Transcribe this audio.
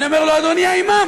אני אומר לו: אדוני האימאם,